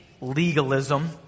legalism